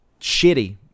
shitty